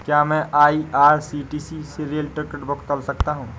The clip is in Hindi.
क्या मैं आई.आर.सी.टी.सी से रेल टिकट बुक कर सकता हूँ?